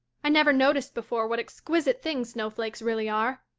i never noticed before what exquisite things snowflakes really are.